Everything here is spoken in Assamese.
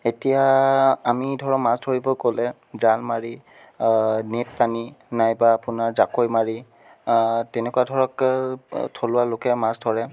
এতিয়া আমি ধৰক মাছ ধৰিব গ'লে জাল মাৰি নেট টানি নাইবা আপোনাৰ জাকৈ মাৰি তেনেকুৱা ধৰক থলুৱা লোকে মাছ ধৰে